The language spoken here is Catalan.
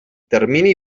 termini